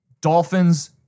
Dolphins